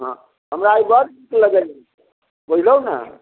हाँ हमरा ई बड़ नीक लगैए बुझलहुँ ने